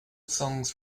songs